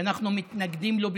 שאנחנו מתנגדים לו בתוקף,